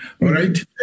right